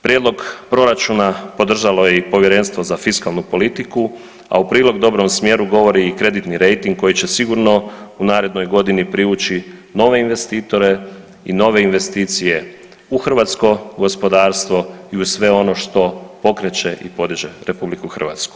Prijedlog proračuna podržalo je i Povjerenstvo za fiskalnu politiku, a u prilog dobrom smjeru govori i kreditni rejting koji će sigurno u narednoj godini privući nove investitore i nove investicije u hrvatsko gospodarstvo i u sve ono što pokreće i podiže RH.